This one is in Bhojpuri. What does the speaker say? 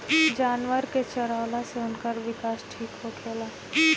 जानवर के चरवला से उनकर विकास ठीक होखेला